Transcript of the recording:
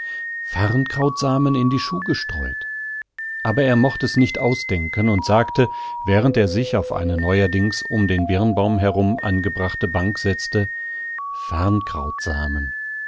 hatte farrnkrautsamen in die schuh gestreut aber er mocht es nicht ausdenken und sagte während er sich auf eine neuerdings um den birnbaum herum angebrachte bank setzte farrnkrautsamen